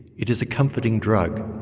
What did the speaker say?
it is a comforting drug,